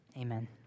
Amen